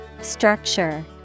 Structure